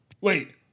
Wait